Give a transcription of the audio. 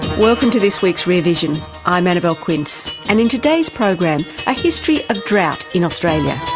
welcome to this week's rear vision. i'm annabelle quince and in today's program, a history of drought in australia.